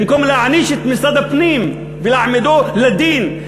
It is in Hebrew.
במקום להעניש את משרד הפנים ולהעמידו לדין,